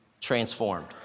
transformed